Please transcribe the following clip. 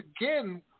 again